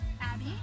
Abby